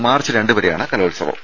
March രണ്ടുവരെയാണ് കലോത്സവം